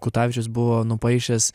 kutavičius buvo nupaišęs